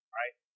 right